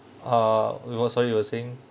ah we were sorry you were saying